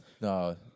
No